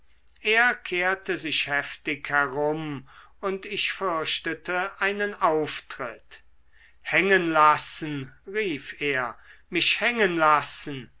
er kehrte sich heftig herum und ich fürchtete einen auftritt hängen lassen rief er mich hängen lassen